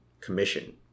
commission